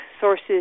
sources